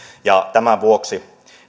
tämän vuoksi